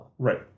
Right